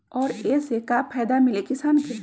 और ये से का फायदा मिली किसान के?